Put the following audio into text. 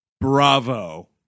Bravo